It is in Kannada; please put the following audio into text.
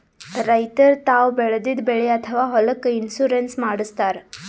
ರೈತರ್ ತಾವ್ ಬೆಳೆದಿದ್ದ ಬೆಳಿ ಅಥವಾ ಹೊಲಕ್ಕ್ ಇನ್ಶೂರೆನ್ಸ್ ಮಾಡಸ್ತಾರ್